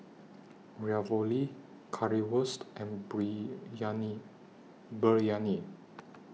Ravioli Currywurst and Biryani